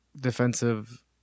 defensive